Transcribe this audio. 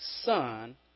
son